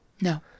No